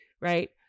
right